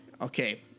Okay